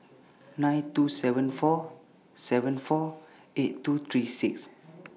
nine two seven four seven four eight two three six